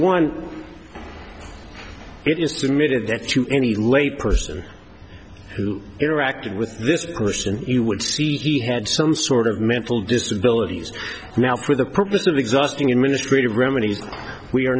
admitted that to any lay person who interacted with this person you would see he had some sort of mental disability now for the purpose of exhausting administrative remedies we are